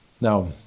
Now